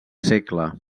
segle